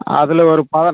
அதில் ஒரு பதன்